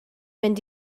mynd